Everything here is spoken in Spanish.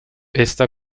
esta